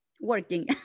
Working